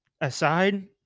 aside